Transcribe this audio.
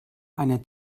einer